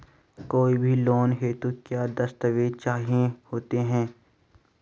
कोई भी लोन हेतु क्या दस्तावेज़ चाहिए होते हैं?